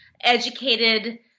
educated